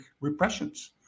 repressions